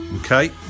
Okay